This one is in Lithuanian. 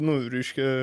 nu reiškia